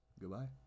Goodbye